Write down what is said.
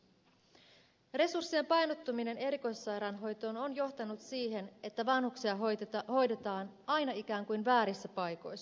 resurssien painottuminen erikoissairaanhoitoon on johtanut siihen että vanhuksia hoidetaan aina ikään kuin väärissä paikoissa